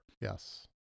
Yes